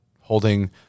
holding